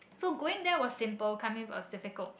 so going there was simple coming was difficult